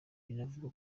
binavugwa